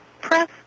press